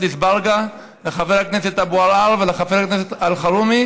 אזברגה ולחבר הכנסת אבו עראר ולחבר הכנסת אלחרומי,